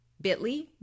bit.ly